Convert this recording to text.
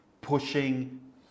pushing